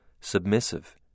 submissive